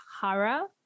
Hara